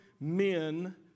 men